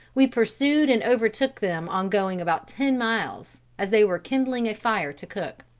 we pursued and overtook them on going about ten miles, as they were kindling a fire to cook.